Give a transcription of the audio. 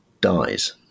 dies